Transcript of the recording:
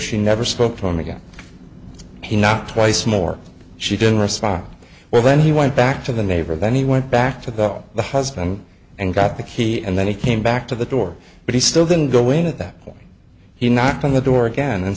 she never spoke to him again he not twice more she didn't respond well then he went back to the neighbor then he went back to though the husband and got the key and then he came back to the door but he still didn't go in at that point he knocked on the door again and